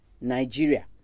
Nigeria